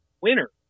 winner